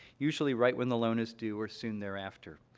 usually right when the loan is due or soon thereafter.